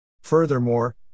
Furthermore